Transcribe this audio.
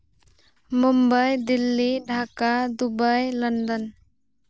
Mumbai Delhi Dhaka Dubai London